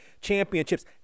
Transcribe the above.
championships